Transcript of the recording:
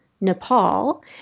Nepal